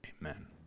amen